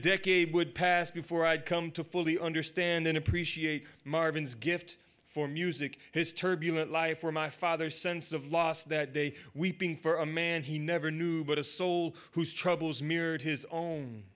decade would pass before i had come to fully understand and appreciate marvins gift for music his turbulent life or my father's sense of loss that day weeping for a man he never knew but a soul whose troubles mirrored his own